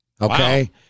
Okay